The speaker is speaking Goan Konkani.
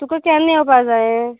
तुका केन्ना येवपा जायें